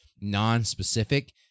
non-specific